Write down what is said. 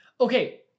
Okay